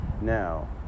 Now